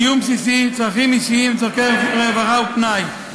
קיום בסיסי, צרכים אישיים, צורכי רווחה ופנאי,